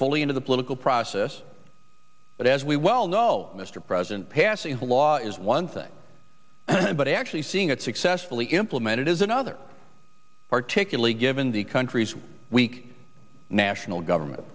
fully into the political process but as we well know mr president passing the law is one thing but actually seeing it successfully implemented is another particularly given the country's weak national government